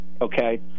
okay